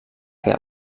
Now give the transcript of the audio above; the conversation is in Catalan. que